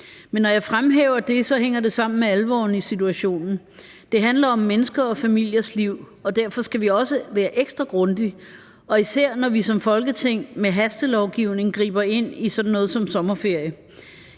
Men når jeg fremhæver det, hænger det sammen med alvoren i situationen. Det handler om mennesker og familiers liv, og derfor skal vi også være ekstra grundige – og især når vi som Folketing med hastelovgivning griber ind i sådan noget som sommerferie.